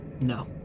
No